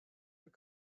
your